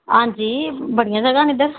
हां जी बड़ियां जगह न इद्धर